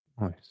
Nice